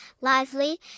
lively